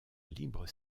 libre